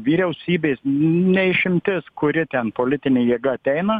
vyriausybės ne išimtis kuri ten politinė jėga ateina